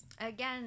again